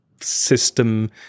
system